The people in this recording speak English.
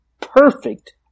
perfect